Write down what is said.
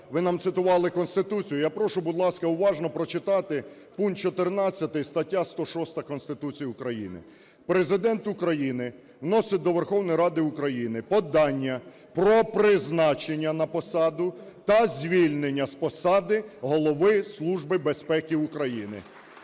Ви нам цитували Конституцію. Я прошу, будь ласка, уважно прочитати пункт 14 стаття 106 Конституції України: "Президент України вносить до Верховної Ради України подання про призначення на посаду та звільнення з посади Голови Служби безпеки України".